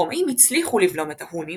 הרומאים הצליחו לבלום את ההונים,